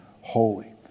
holy